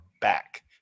back